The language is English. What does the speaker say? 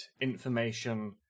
information